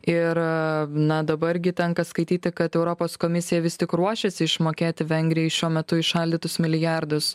ir na dabar gi tenka skaityti kad europos komisija vis tik ruošiasi išmokėti vengrijai šiuo metu įšaldytus milijardus